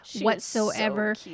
whatsoever